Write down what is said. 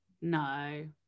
No